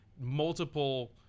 multiple –